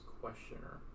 questioner